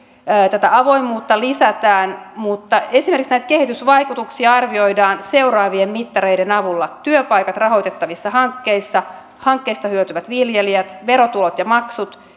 tätä avoimuutta lisätään mutta esimerkiksi näitä kehitysvaikutuksia arvioidaan seuraavien mittareiden avulla työpaikat rahoitettavissa hankkeissa hankkeista hyötyvät viljelijät verotulot ja maksut